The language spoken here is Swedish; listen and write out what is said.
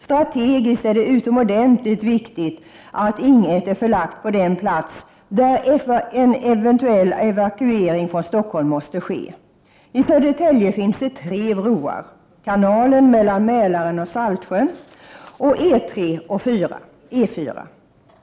Strategiskt är det utomordentligt viktigt att Ing 1 är förlagt till den plats där en eventuell evakuering från Stockholm måste ske. I Södertälje finns tre broar: över kanalen mellan Mälaren och Saltsjön samt E 3 och E 4.